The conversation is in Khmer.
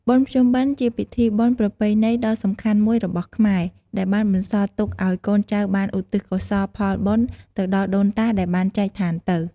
បុណ្យភ្ជុំបិណ្ឌ ជាពិធីបុណ្យប្រពៃណីដ៏សំខាន់មួយរបស់ខ្មែរ ដែលបានបន្សល់ទុកអោយកូនចៅបានឧទ្ទិសកុសលផលបុណ្យទៅដល់ដូនតាដែលបានចែកឋានទៅ។